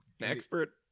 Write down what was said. Expert